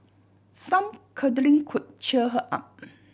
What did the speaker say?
some cuddling could cheer her up